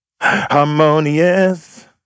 harmonious